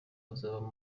azaba